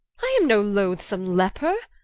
i am no loathsome leaper,